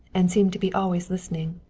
and seemed to be always listening.